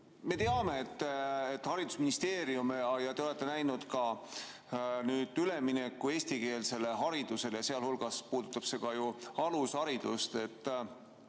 Me teame, et haridusministeerium ja teie olete ette näinud ka üleminekut eestikeelsele haridusele, sealhulgas puudutab see ka ju alusharidust.